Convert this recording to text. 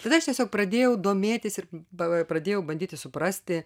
tada aš tiesiog pradėjau domėtis ir pa pradėjau bandyti suprasti